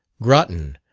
grattan,